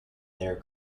their